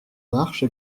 marche